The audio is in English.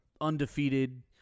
undefeated